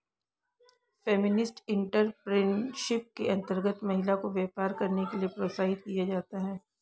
feminist entrepreneurship के अंतर्गत महिला को व्यापार करने के लिए प्रोत्साहित किया जाता है